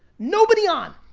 nobody on!